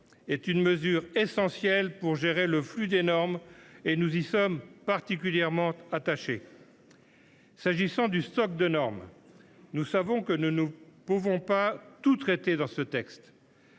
est une mesure essentielle pour gérer le flux des normes. Nous y sommes particulièrement attachés. En ce qui concerne le stock de normes, nous savions que nous ne pouvions pas tout traiter dans ce texte,